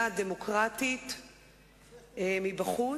האבא חושב, חושב,